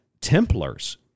Templars